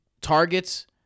targets